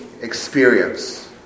experience